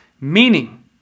Meaning